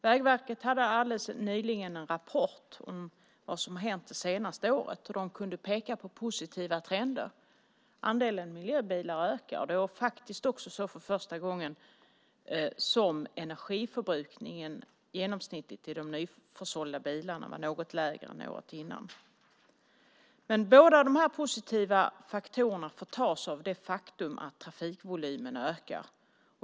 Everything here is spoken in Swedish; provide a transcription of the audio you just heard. Vägverket lade alldeles nyligen fram en rapport om vad som har hänt det senaste året, och man kunde peka på positiva trender. Andelen miljöbilar ökade, och för första gången var det faktiskt också så att energiförbrukningen genomsnittligt i de nyförsålda bilarna var något lägre än året innan. Men båda de här positiva faktorerna förtas av det faktum att trafikvolymen ökar.